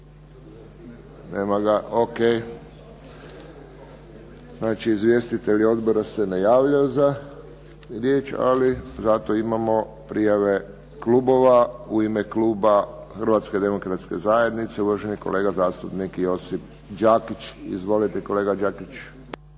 za riječ? Ne. Izvjestitelji odbora se ne javljaju za riječ, ali zato imamo prijave klubova. U ime kluba Hrvatske demokratske zajednice uvaženi kolega zastupnik Josip Đakić. Izvolite kolega Đakić.